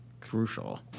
crucial